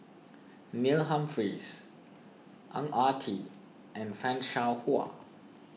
Neil Humphreys Ang Ah Tee and Fan Shao Hua